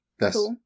Yes